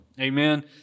Amen